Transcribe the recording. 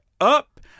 up